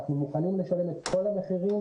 אנחנו מוכנים לשלם את כל המחירים,